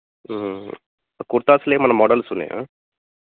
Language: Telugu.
కుర్తాస్లో ఏమైన్న మోడల్స్ ఉన్నాయా